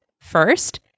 first